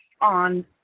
on